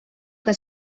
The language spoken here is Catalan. que